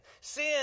Sin